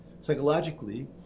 psychologically